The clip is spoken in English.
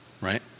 right